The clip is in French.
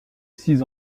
six